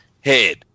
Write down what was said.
head